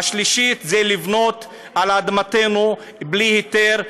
3. לבנות על אדמתנו בלי היתר,